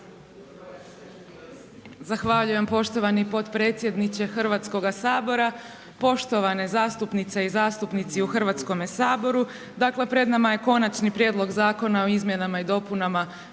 Zahvaljujem poštovani potpredsjedniče Hrvatskoga sabora, poštovane zastupnice i zastupnici u Hrvatskome saboru. Dakle pred nama je konačni prijedlog zakona o izmjenama i dopunama